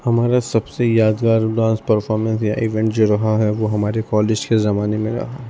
ہمارا سب سے یادگار ڈانس پرفارمینس یا ایونٹ جو رہا ہے وہ ہمارے کالج کے زمانے میں رہا ہے